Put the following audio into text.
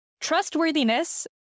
trustworthiness